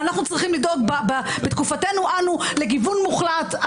אנחנו צריכים לדאוג בתקופתנו אנו לגיוון מוחלט.